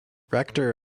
rector